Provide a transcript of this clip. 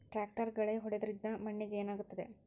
ಟ್ರಾಕ್ಟರ್ಲೆ ಗಳೆ ಹೊಡೆದಿದ್ದರಿಂದ ಮಣ್ಣಿಗೆ ಏನಾಗುತ್ತದೆ?